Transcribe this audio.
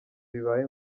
bibaye